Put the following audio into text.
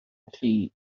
felly